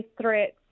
threats